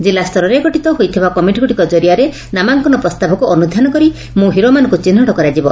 କିଲ୍ଲା ହୋଇଥିବା କମିଟିଗୁଡ଼ିକ କରିଆରେ ନାମାଙ୍କନ ପ୍ରସ୍ତାବକୁ ଅନୁଧାନ କରି ମୁଁ ହିରୋମାନଙ୍କୁ ଚିହୁଟ କରାଯିବ